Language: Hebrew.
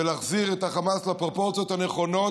ולהחזיר את החמאס לפרופורציות הנכונות,